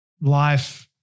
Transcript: life